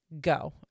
go